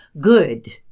good